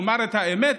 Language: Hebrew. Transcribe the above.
אומר את האמת,